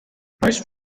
most